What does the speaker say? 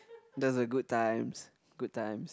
those were good times good times